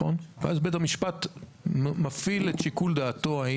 ואז בית המשפט מפעיל את שיקול דעתו.